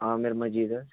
عامِر مجیٖد حظ